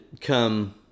come